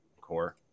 core